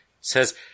says